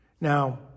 Now